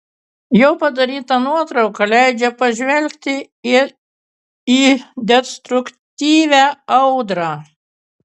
jo padaryta nuotrauka leidžia pažvelgti į destruktyvią audrą